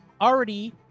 already